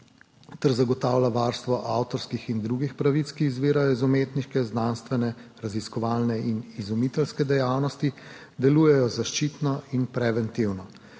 ter zagotavlja varstvo avtorskih in drugih pravic, ki izvirajo iz umetniške, znanstvene, raziskovalne in izumiteljske dejavnosti, delujejo zaščitno in preventivno.